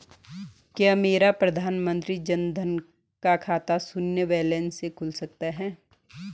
क्या मेरा प्रधानमंत्री जन धन का खाता शून्य बैलेंस से खुल सकता है?